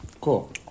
Cool